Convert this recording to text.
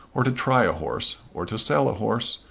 or to try a horse, or to sell a horse,